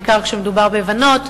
בעיקר כשמדובר בבנות,